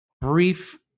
brief